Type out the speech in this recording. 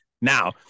Now